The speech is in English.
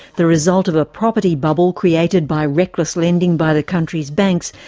the result of a property bubble created by reckless lending by the country's banks,